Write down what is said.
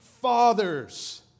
fathers